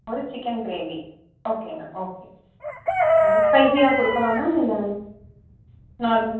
ஒரு chicken gravy okay ma'am okay ஸ்பைஸியாக கொடுக்கவா மேம் இல்லை நார்மல்